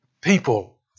people